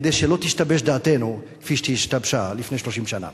כדי שלא תשתבש דעתנו כפי שהשתבשה לפני 30 שנה.